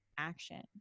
action